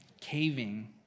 caving